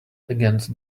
against